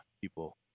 people